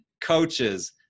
coaches